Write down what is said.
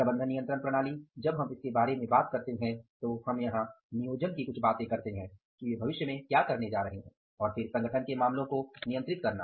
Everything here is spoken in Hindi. प्रबंधन नियंत्रण प्रणाली जब हम इसके बारे में बात करते हैं तो हम यहां नियोजन की कुछ बात करते हैं कि वे भविष्य में क्या करने जा रहे हैं और फिर संगठन के मामलों को नियंत्रित करना